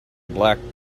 black